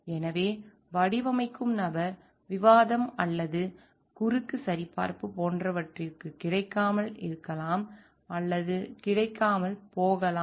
எனவே வடிவமைக்கும் நபர் விவாதம் அல்லது குறுக்கு சரிபார்ப்பு போன்றவற்றிற்கு கிடைக்காமல் இருக்கலாம் அல்லது கிடைக்காமல் போகலாம்